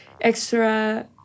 extra